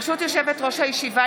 ברשות יושבת-ראש הישיבה,